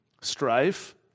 strife